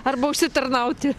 arba užsitarnauti